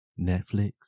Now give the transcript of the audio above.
Netflix